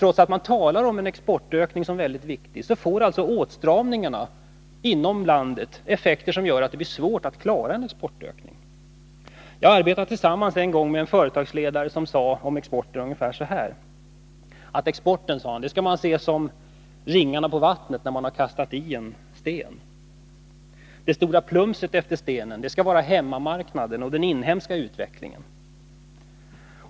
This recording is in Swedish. Trots att man talar om exportökning som väldigt viktig, får alltså åtstramningarna inom landet effekter som gör det svårt att klara en exportökning. Jag arbetade en gång i tiden tillsammans med en företagsledare, som sade att man skulle se exporten såsom ringarna på vattnet, när man har kastat i en sten. Det stora plumset efter stenen var hemmamarknaden och den inhemska utvecklingen.